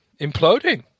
imploding